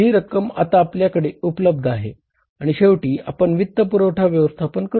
ही रक्कम आता आपल्याकडे उपलब्ध आहे आणि शेवटी आपण वित्तपुरवठा व्यवस्थापन करूया